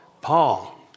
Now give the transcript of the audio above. Paul